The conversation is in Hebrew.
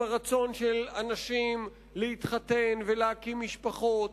עם הרצון של אנשים להתחתן ולהקים משפחות.